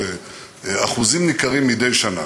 של אחוזים ניכרים מדי שנה.